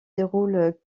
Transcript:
déroule